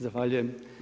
Zahvaljujem.